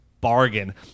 bargain